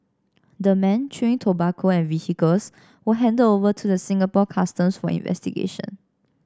the men chewing tobacco and vehicles were handle over to the Singapore Customs for investigation